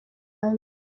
azi